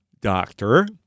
doctor